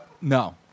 No